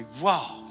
wow